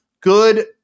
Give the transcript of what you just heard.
good